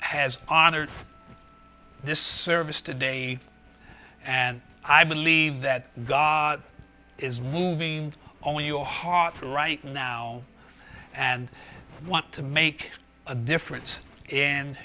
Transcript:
has honored this service today and i believe that god is moving on your heart right now and want to make a difference in